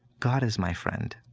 god is my friend.